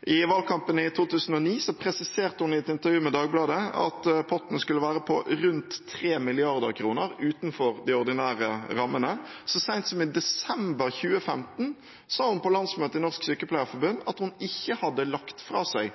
I valgkampen i 2009 presiserte hun i et intervju med Dagbladet at potten skulle være på rundt 3 mrd. kr utenfor de ordinære rammene. Så sent som i desember 2015 sa hun på landsmøtet i Norsk Sykepleierforbund at hun ikke hadde lagt fra seg